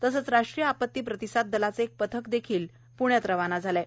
तसंच राष्ट्रीय आपत्ती प्रतिसाद दलाचे एक पथक पूणे इथ रवाना झाले आहे